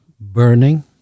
burning